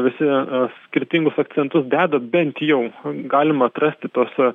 visi skirtingus akcentus deda bent jau galima atrasti tuos